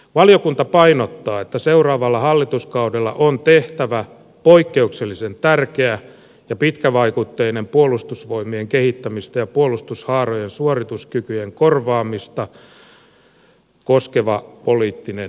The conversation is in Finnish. valiokunta painottaa että seuraavalla hallituskaudella on tehtävä poikkeuksellisen tärkeä ja pitkävaikutteinen puolustusvoimien kehittämistä ja puolustushaarojen suorituskykyjen korvaamista koskeva poliittinen linjaus